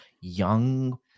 young